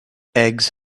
eggs